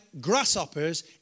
grasshoppers